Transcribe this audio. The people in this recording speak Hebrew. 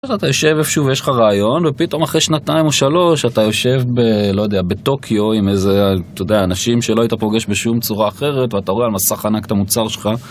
אתה יושב איפה שוב, יש לך רעיון, ופתאום אחרי שנתיים או שלוש, אתה יושב ב... לא יודע, בטוקיו עם איזה, אתה יודע, אנשים שלא היית פוגש בשום צורה אחרת, ואתה רואה על מסך ענק את המוצר שלך.